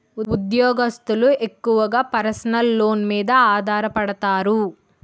ఉద్యోగస్తులు ఎక్కువగా personal loans మీద ఆధారపడతారు